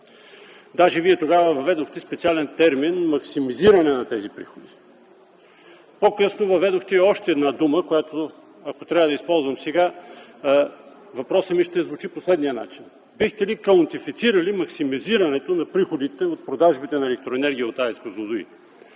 Даже Вие тогава въведохте специален термин „максимизиране” на тези приходи. По-късно въведохте още една дума, която, ако трябва да използвам сега, въпросът ми ще звучи по следния начин: Бихте ли каунтифицирали максимизирането на приходите от продажбите на електроенергия от АЕЦ „Козлодуй”?